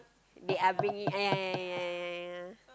they are bringing ah ya ya ya ya ya